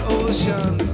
ocean